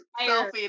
selfie